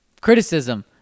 Criticism